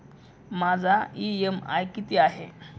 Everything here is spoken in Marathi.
माझा इ.एम.आय किती आहे?